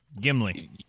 Gimli